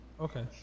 Okay